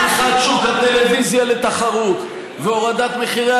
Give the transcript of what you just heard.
בפתיחת שוק הטלוויזיה לתחרות והורדת מחירי